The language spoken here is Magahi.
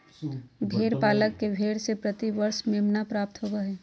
भेड़ पालक के भेड़ से प्रति वर्ष मेमना प्राप्त होबो हइ